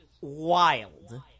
wild